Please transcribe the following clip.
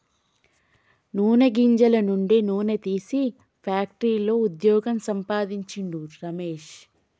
నూనె గింజల నుండి నూనె తీసే ఫ్యాక్టరీలో వుద్యోగం సంపాందించిండు రమేష్